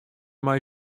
mei